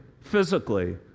physically